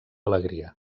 alegria